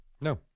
No